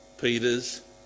Peter's